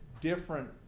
different